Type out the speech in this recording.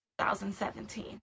2017